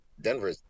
Denver